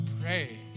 pray